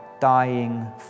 dying